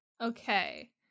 Okay